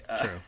True